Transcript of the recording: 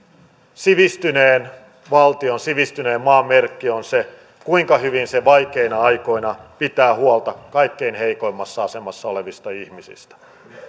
sivistyneen valtion sivistyneen maan merkki on se kuinka hyvin se vaikeina aikoina pitää huolta kaikkein heikoimmassa asemassa olevista ihmisistä